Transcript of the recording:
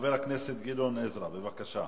חבר הכנסת גדעון עזרא, בבקשה.